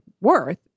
worth